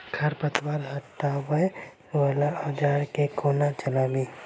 खरपतवार हटावय वला औजार केँ कोना चलाबी?